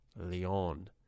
Leon